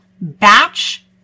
batch